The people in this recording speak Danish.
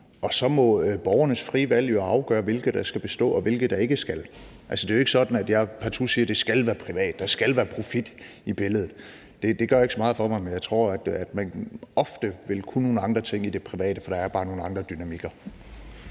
og så må borgernes frie valg jo afgøre, hvilke der skal bestå, og hvilke der ikke skal. Altså, det er jo ikke sådan, at jeg siger, at det partout skal være privat, at der skal være profit inde i billedet. Det betyder ikke så meget for mig, men jeg tror, at man ofte vil kunne nogle andre ting i det private, fordi der bare er nogle andre dynamikker.